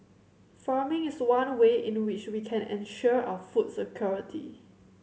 farming is one way in which we can ensure our food security